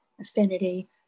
Affinity